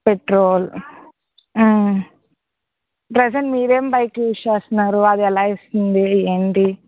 petrol present మీరేం bike use చేస్తున్నారు అది ఎలా ఇస్తుంది ఏంటి